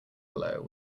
below